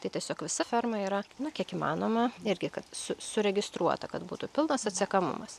tai tiesiog visa ferma yra nu kiek įmanoma irgi kad su suregistruota kad būtų pilnas atsekamumas